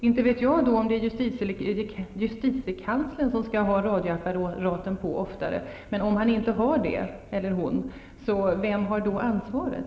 Inte vet jag om det är justitiekanslern som skall ha radioapparaten på litet oftare, men vem har egentligen ansvaret?